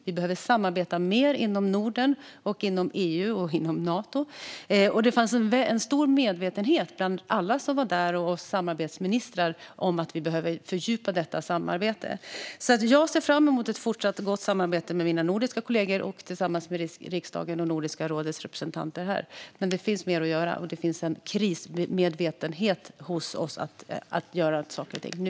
Vi behöver samarbeta mer inom Norden, EU och Nato. Det fanns en stor medvetenhet bland alla som var där och bland samarbetsministrarna om att vi behöver fördjupa detta samarbete. Jag ser fram emot ett fortsatt gott samarbete med mina nordiska kollegor och tillsammans med riksdagen och Nordiska rådets representanter här. Det finns mer att göra, och det finns en krismedvetenhet hos oss att göra saker och ting nu.